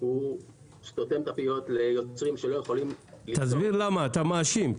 הוא סותם את הפיות ליוצרים שלא יכולים --- תסביר למה אתה מאשים.